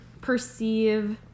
perceive